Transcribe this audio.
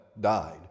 died